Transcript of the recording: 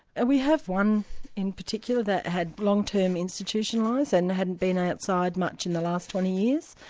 and we have one in particular that had long-term institutionalised and hadn't been outside much in the last twenty years.